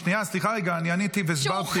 סליחה, רגע, עניתי והסברתי.